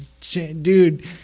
dude